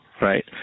right